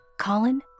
Colin